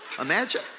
Imagine